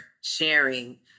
sharing